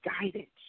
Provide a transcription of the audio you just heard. guidance